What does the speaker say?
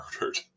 murdered